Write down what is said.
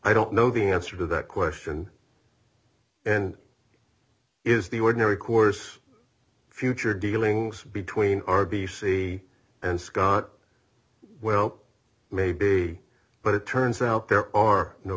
i don't know the answer to that question is the ordinary course future dealings between r b c and scott well may be but it turns out there are no